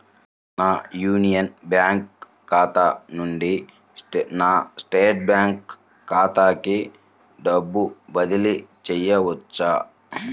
నా Union Bank ఖాతా నుండి నా స్టేట్ బ్యాంకు ఖాతాకి డబ్బు బదిలి చేయవచ్చా?